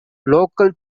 local